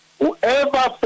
whoever